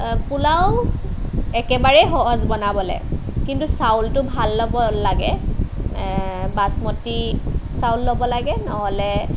পোলাও একেবাৰেই সহজ বনাবলৈ কিন্তু চাউলটো ভাল ল'ব লাগে বাচমতি চাউল ল'ব লাগে নহ'লে